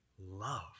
love